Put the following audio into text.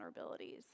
vulnerabilities